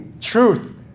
truth